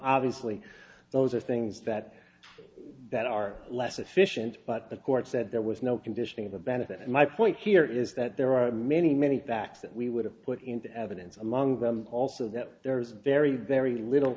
obviously those are things that that are less efficient but the court said there was no condition of the benefit my point here is that there are many many facts that we would have put into evidence among them also that there's a very very little